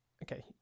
Okay